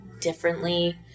differently